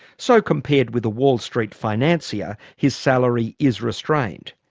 so compared with the wall st financier, his salary is restrained,